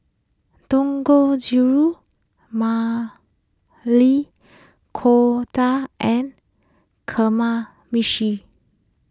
Dangojiru Maili and Kamameshi